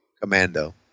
commando